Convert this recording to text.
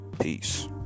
Peace